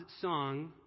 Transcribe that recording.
song